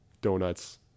donuts